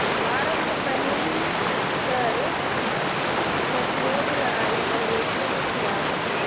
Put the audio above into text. भारत में पहली कर प्रतिरोध लड़ाई अंग्रेजों के खिलाफ थी